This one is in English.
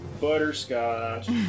Butterscotch